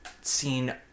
seen